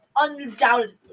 undoubtedly